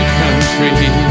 country